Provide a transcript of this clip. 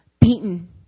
beaten